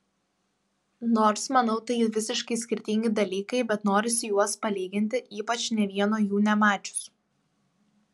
nors manau tai visiškai skirtingi dalykai bet norisi juos palyginti ypač nė vieno jų nemačius